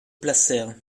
placèrent